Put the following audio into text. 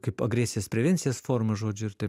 kaip agresijos prevencijos forma žodžiu ir taip